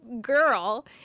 girl